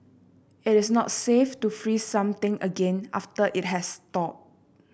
it is not safe to freeze something again after it has thawed